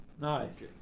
nice